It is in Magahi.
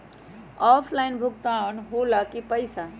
ऑफलाइन भुगतान हो ला कि पईसा?